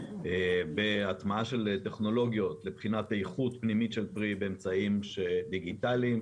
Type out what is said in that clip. בהטמעה של טכנולוגיות לבחינת איכות פנימית של פרי באמצעים דיגיטליים.